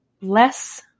less